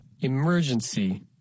emergency